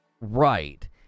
Right